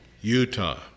Utah